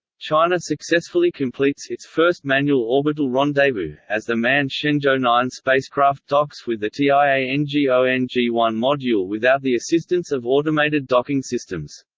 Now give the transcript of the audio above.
china successfully completes its first manual orbital rendezvous, as the manned shenzhou nine spacecraft docks with the tiangong one module without the assistance of automated docking systems.